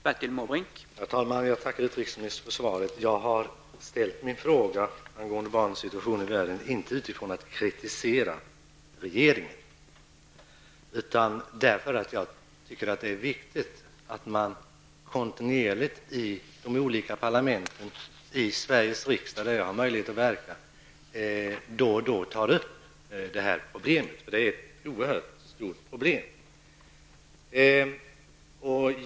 Herr talman! Jag tackar utrikesministern för svaret på min fråga. Jag har inte ställt min fråga angående barnens situation i världen för att kritisera regeringen, utan för att jag tycker att det är viktigt att man kontinuerligt i de olika parlamenten, däribland i Sveriges riksdag där jag har möjlighet att verka, då och då tar upp detta problem, som är oerhört stort.